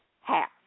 half